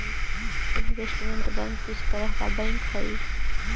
investment bank किस तरह का बैंक हई